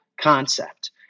concept